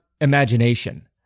imagination